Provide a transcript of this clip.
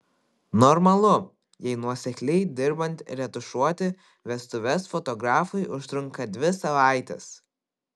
normalu jei nuosekliai dirbant retušuoti vestuves fotografui užtrunka dvi savaites